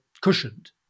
cushioned